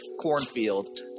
cornfield